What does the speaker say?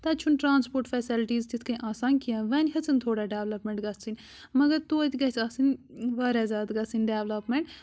تَتہِ چھُنہٕ transport facilities تِتھٕ کٔنۍ آسان کیٚنٛہہ وۅنۍ ہٮ۪ژٕن تھوڑا ڈیولپمینٛٹ گَژھٕنۍ مگر توتہِ گَژھِ آسٕنۍ واریاہ زیادٕ گژھٕنۍ ڈیولپمینٛٹ